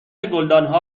گلدانها